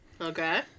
Okay